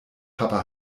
papa